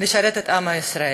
לשרת את עם ישראל.